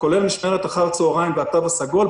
כולל משמרת אחר הצוהריים והתו הסגול,